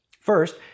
First